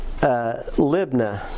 Libna